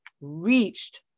reached